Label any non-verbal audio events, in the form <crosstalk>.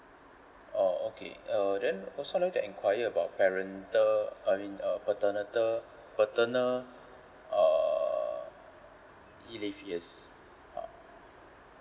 oh okay uh then also like to enquire about parental I mean uh paternal uh e leave yes <noise>